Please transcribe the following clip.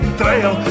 trail